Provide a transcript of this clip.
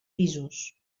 pisos